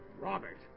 Robert